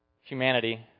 humanity